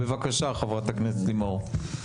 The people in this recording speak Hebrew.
בבקשה חברת הכנסת לימור.